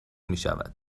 میشود